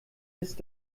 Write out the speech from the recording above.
ist